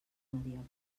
mediocres